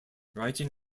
writing